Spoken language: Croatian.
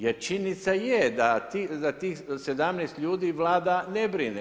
Jer činjenica je da tih 17 ljudi Vlada ne brine.